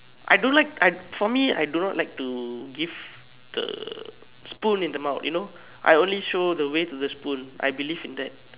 I don't like I for me I do not like to give the spoon in the mouth you know I only show the way to the spoon I believe in that